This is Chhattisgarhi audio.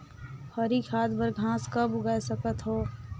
हरी खाद बर घास कब उगाय सकत हो?